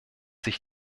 sich